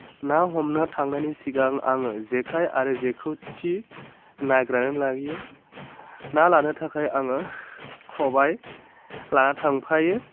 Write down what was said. ना हमनो थांनायनि सिगां आङो जेखाय आरो जेखौ थि नायग्रोनानै लायो ना लानो थाखाय आङो खबाय लाना थांफायो